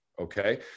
okay